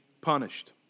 punished